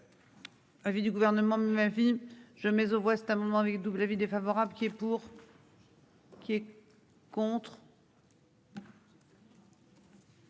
Avis du gouvernement, ma vie. Je mets aux voix cet amendement avec double avis défavorable qui est pour.-- Qui est contre.--